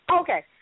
Okay